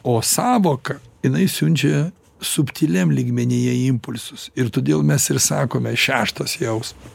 o sąvoka jinai siunčia subtiliam lygmenyje impulsus ir todėl mes ir sakome šeštos jausmas